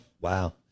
wow